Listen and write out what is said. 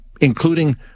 including